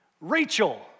Rachel